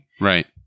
Right